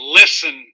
listen